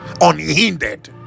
unhindered